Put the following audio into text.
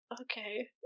Okay